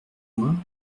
mois